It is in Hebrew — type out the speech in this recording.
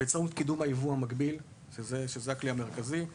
באמצעות קידום היבוא המקביל שזה הכלי המרכזי;